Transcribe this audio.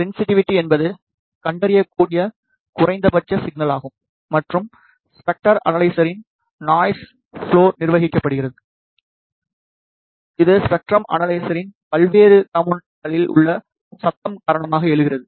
sensitivity என்பது கண்டறியக்கூடிய குறைந்தபட்ச சிக்னல் ஆகும் மற்றும் ஸ்பெக்ட்ரம் அனலைசரின் நாய்ஸ் ப்ளோரால் நிர்வகிக்கப்படுகிறது இது ஸ்பெக்ட்ரம் அனலைசரின் பல்வேறு காம்போனென்ட்களில் உள்ள சத்தம் காரணமாக எழுகிறது